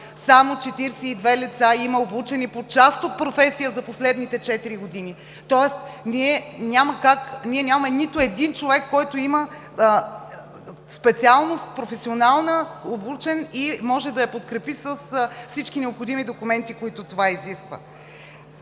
само 42 лица обучени по тази професия за последните четири години, тоест нямаме нито един човек, който има специалност, професионална, обучен и може да я подкрепи с всички необходими документи, които това изисква.